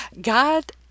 God